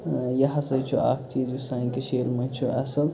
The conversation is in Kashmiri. اۭں یہِ ہسا چھُ اَکھ چیٖز یُس سانہِ کٔشیٖر منٛز چھُ اصٕل